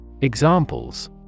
Examples